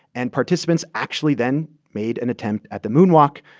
and participants actually then made an attempt at the moonwalk.